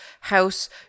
house